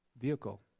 vehicle